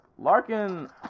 Larkin